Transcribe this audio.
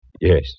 Yes